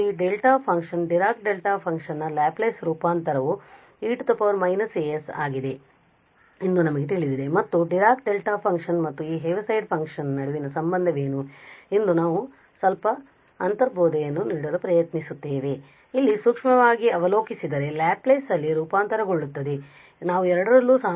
ಮತ್ತು ಈ delta function Dirac delta function ನ ಲ್ಯಾಪ್ಲೇಸ್ ರೂಪಾಂತರವು e −as ಆಗಿದೆ ಎಂದು ನಮಗೆ ತಿಳಿದಿದೆ ಮತ್ತು ಈ ಡಿರಾಕ್ ಡೆಲ್ಟಾ ಫಂಕ್ಷನ್ ಮತ್ತು ಈ ಹೆವಿಸೈಡ್ ಫಂಕ್ಷನ್ ನಡುವಿನ ಸಂಬಂಧವೇನು ಎಂದು ನಾವು ಸ್ವಲ್ಪ ಅಂತರ್ಬೋಧೆಯನ್ನು ನೀಡಲು ಪ್ರಯತ್ನಿಸುತ್ತೇವೆ ನಾವು ಅಲ್ಲಿ ಸೂಕ್ಷ್ಮವಾಗಿ ಅವಲೋಕಿಸಿದರೆ ಲ್ಯಾಪ್ಲೇಸ್ ಅಲ್ಲಿ ರೂಪಾಂತರಗೊಳ್ಳುತ್ತದೆ ನಾವು ಎರಡರಲ್ಲೂ ಸಾಮಾನ್ಯವಾಗಿ e −as ಹೊಂದಿದ್ದೇವೆ